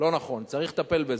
לא נכון, צריך לטפל בזה.